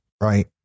right